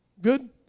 Good